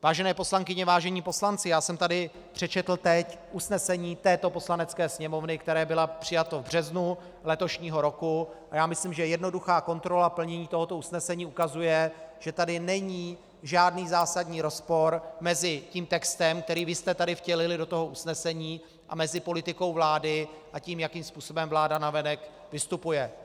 Vážené poslankyně, vážení poslanci, přečetl jsem tady teď usnesení této Poslanecké sněmovny, které bylo přijato v březnu letošního roku, a myslím, že jednoduchá kontrola plnění tohoto usnesení ukazuje, že tady není žádný zásadní rozpor mezi tím textem, který vy jste tady vtělili do toho usnesení, a politikou vlády a tím, jakým způsobem vláda navenek vystupuje.